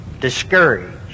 discouraged